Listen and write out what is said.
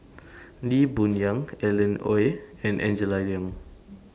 Lee Boon Yang Alan Oei and Angela Liong